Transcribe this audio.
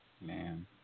Man